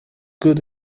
good